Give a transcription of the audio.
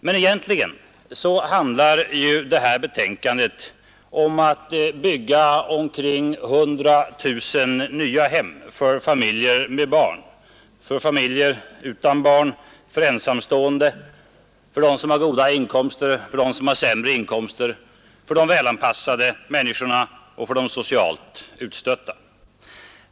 Men egentligen handlar detta betänkande om att bygga omkring 100 000 nya hem för familjer med barn, för familjer utan barn, för ensamstående, för dem som har goda inkomster, för dem som har sämre inkomster, för de välanpassade människorna och för de socialt utstötta.